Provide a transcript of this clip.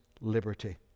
liberty